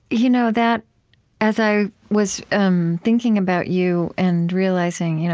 you know that as i was um thinking about you and realizing, you know